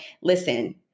Listen